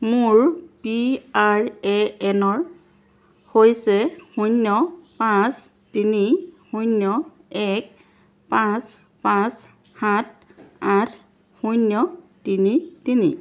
মোৰ P R A এনৰ হৈছে শূন্য পাঁচ তিনি শূন্য এক পাঁচ পাঁচ সাত আঠ শূন্য তিনি তিনি